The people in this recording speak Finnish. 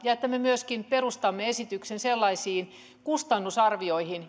ja että me myöskin perustamme esityksen sellaisiin kustannusarvioihin